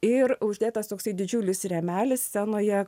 ir uždėtas toksai didžiulis rėmelis scenoje